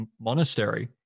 monastery